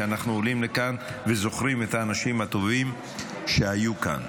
שאנחנו עולים לכאן וזוכרים את האנשים הטובים שהיו כאן.